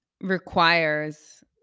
requires